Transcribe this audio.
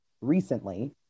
recently